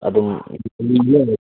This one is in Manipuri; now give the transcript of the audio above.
ꯑꯗꯨꯝ